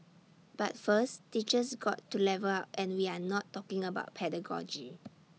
but first teachers got to level up and we are not talking about pedagogy